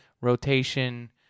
rotation